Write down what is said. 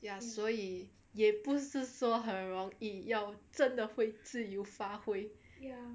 ya 所以也不是说很容易要真的会自由发挥